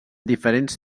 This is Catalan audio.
diferents